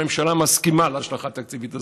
הממשלה מסכימה להשלכה התקציבית הזאת,